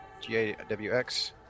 G-A-W-X